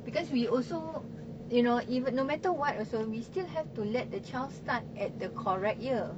because we also you know even no matter what also we still have to let the child start at the correct year